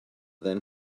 then